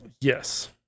Yes